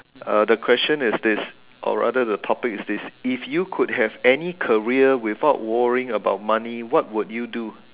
uh the question is this or rather the topic is this if you could have any career without worrying about money what would you do